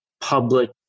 public